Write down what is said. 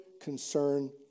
concern